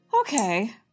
Okay